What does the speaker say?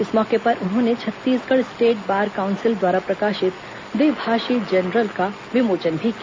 इस मौके पर उन्होंने छत्तीसगढ़ स्टेट बार काउंसिंल द्वारा प्रकाशिंत द्विभाषी जनरल का विमोचन भी किया